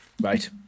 right